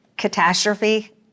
Catastrophe